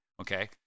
okay